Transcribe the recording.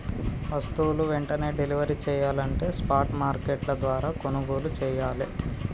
వస్తువులు వెంటనే డెలివరీ చెయ్యాలంటే స్పాట్ మార్కెట్ల ద్వారా కొనుగోలు చెయ్యాలే